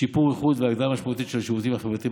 שיפור איכות והגדלה משמעותית של השירותים החברתיים